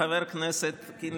חבר הכנסת סעדה,